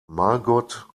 margot